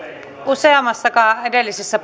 useammassa edellisessä